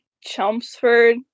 Chelmsford